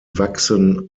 wachsen